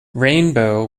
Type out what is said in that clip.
rainbow